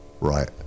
right